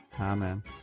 Amen